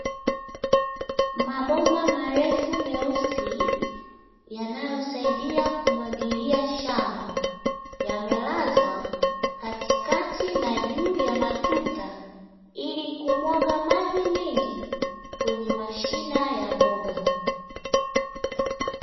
Mabomba marefu meusi yanayosaidia kumwagilia shamba, yamelazwa katikati na juu ya matuta ili kumwaga maji mengi kwenye mashina ya mboga.